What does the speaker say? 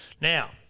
Now